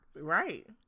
right